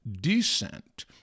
descent